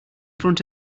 front